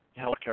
Healthcare